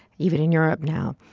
even in europe now,